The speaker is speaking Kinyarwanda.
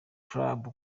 club